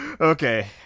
Okay